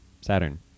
Saturn